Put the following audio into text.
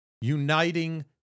uniting